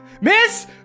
Miss